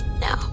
No